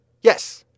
Yes